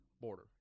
border